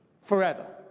forever